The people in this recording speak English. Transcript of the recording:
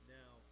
now